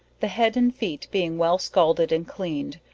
the head and feet being well scalded and cleaned,